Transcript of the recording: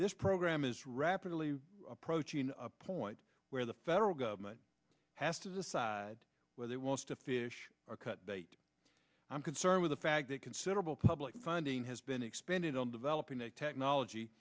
this program is rapidly approaching a point where the federal government has to decide whether it wants to fish or cut bait i'm concerned with the fact that considerable public funding has been expended on developing a technology